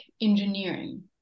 engineering